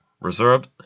reserved